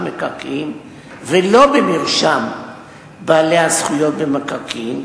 מקרקעין ולא במרשם בעלי הזכויות במקרקעין,